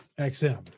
XM